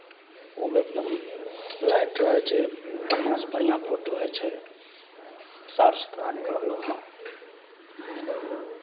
ओ मे एकदम लाइट रहै छै बढ़िआँसँ बढ़िआँ फोटो होइ छै साफ सुथरा निकलल ओमे